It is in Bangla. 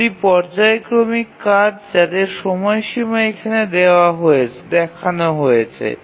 এগুলি পর্যায়ক্রমিক কাজ যাদের সময়সীমা এখানে দেখানো হয়েছে